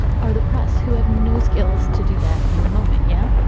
are the press who have no skills to do that in the moment? yeah,